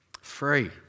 Free